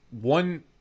one